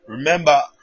Remember